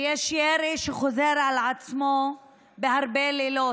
ויש ירי שחוזר על עצמו בהרבה לילות.